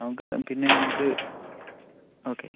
നമുക്ക് ആ പിന്നെ നമുക്ക് ഓക്കേ